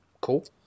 Cool